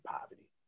poverty